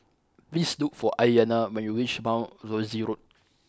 please look for Aiyana when you reach Mount Rosie Road